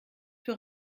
für